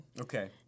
Okay